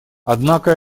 однако